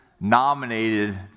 nominated